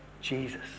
Jesus